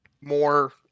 more